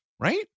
Right